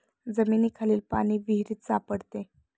जमिनीखालील पाणी विहिरीत सापडते